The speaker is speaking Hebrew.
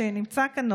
שנמצא כאן,